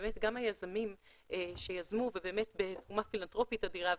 ובאמת גם היזמים שיזמו ובאמת בתרומה פילנתרופית אדירה,